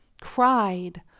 cried